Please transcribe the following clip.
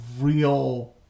real